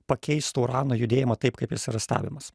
pakeistų urano judėjimą taip kaip jis yra stebimas